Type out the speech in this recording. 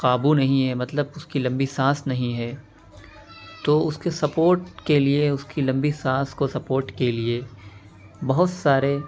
قابو نہیں ہے مطلب اس کی لمبی سانس نہیں ہے تو اس کے سپورٹ کے لیے اس کی لمبی سانس کو سپورٹ کے لیے بہت سارے